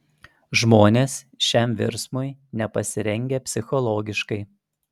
žmonės šiam virsmui nepasirengę psichologiškai